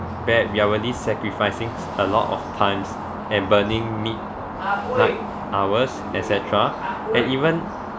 bad we are really sacrificing a lot of times and burning midnight hours et cetera and even